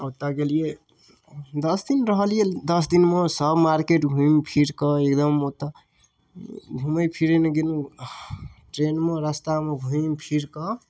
ओतऽ गेलिए दस दिन रहलिए दस दिनमे सब मार्केट घुमिफिरिकऽ एकदम ओतऽ घुमैफिरैलए गेलहुँ ट्रेनमे रस्तामे घुमिफिरिकऽ